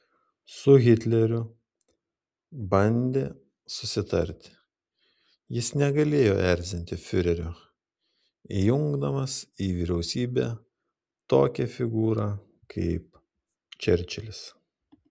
su hitleriu bandė susitarti jis negalėjo erzinti fiurerio įjungdamas į vyriausybę tokią figūrą kaip čerčilis